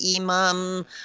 imam